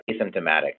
asymptomatic